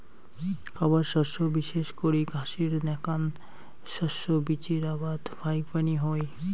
খাবার শস্য বিশেষ করি ঘাসের নাকান শস্য বীচির আবাদ ফাইকবানী হই